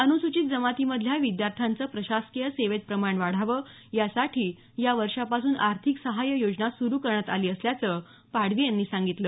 अनुसूचित जमातीमधल्या विद्यार्थ्यांचं प्रशासकीय सेवेत प्रमाण वाढावं यासाठी या वर्षापासून आर्थिक सहाय्य योजना सुरू करण्यात आली असल्याचं पाडवी यांनी सांगितलं